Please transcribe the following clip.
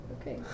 Okay